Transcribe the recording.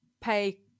pay